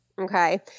Okay